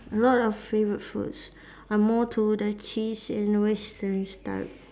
a lot of favourite food I'm more to the cheese and Western style